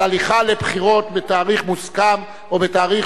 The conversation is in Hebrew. על הליכה לבחירות בתאריך מוסכם או בתאריך